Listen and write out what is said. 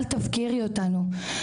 אל תפקירי אותנו,